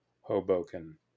Hoboken